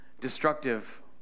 destructive